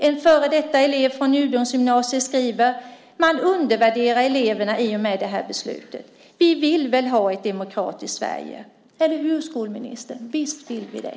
En före detta elev vid Njudungsgymnasiet skriver: Man undervärderar eleverna i och med det här beslutet. Vi vill väl ha ett demokratiskt Sverige, eller hur, skolministern? Visst vill vi det.